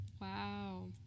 wow